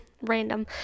random